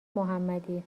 محمدی